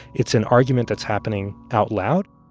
it's an argument that's happening out loud